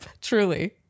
truly